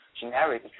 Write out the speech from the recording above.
generic